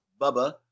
Bubba